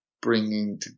bringing